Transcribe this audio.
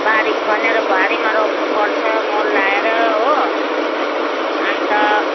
बारी खनेर बारीमा रोप्नुपर्छ मल लगाएर हो अन्त